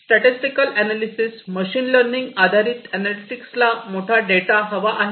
statistical analyses machine learning आधारित एनालिटिक्सला मोठा डेटा हवा आहे